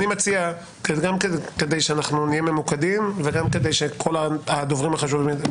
אני מציע גם כדי שנהיה ממוקדים וגם כדי שכל הדוברים החשובים ידברו.